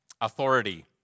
Authority